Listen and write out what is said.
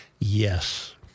Yes